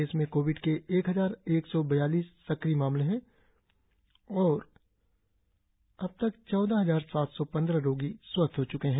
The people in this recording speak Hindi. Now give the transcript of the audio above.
प्रदेश में कोविड के एक हजार एक सौ बयासी सक्रिय मामले है और अब तक चौदह हजार सात सौ पंद्रह रोगी स्वस्थ हो च्के हैं